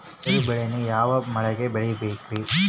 ಹೆಸರುಬೇಳೆಯನ್ನು ಯಾವ ಮಳೆಗೆ ಬೆಳಿಬೇಕ್ರಿ?